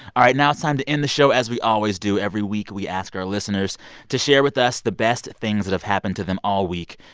all right. now it's time to end the show as we always do. every week, we ask our listeners to share with us the best things that have happened to them all week.